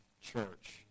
church